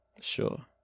Sure